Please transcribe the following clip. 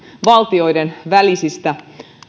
valtioiden välisistä